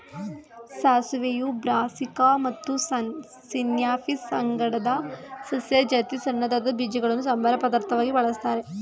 ಸಾಸಿವೆಯು Brassica ಮತ್ತು Sinapis ಪಂಗಡದ ಸಸ್ಯ ಜಾತಿ ಸಣ್ಣದಾದ ಬೀಜಗಳನ್ನು ಸಂಬಾರ ಪದಾರ್ಥವಾಗಿ ಬಳಸ್ತಾರೆ